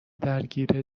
درگیر